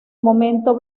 momento